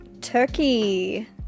turkey